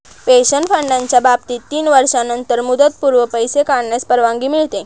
pension फंडाच्या बाबतीत तीन वर्षांनंतरच मुदतपूर्व पैसे काढण्यास परवानगी मिळते